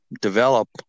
develop